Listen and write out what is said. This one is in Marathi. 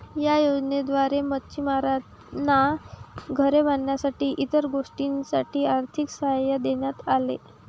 या योजनेद्वारे मच्छिमारांना घरे बांधण्यासाठी इतर गोष्टींसाठी आर्थिक सहाय्य देण्यात आले